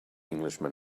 englishman